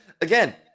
again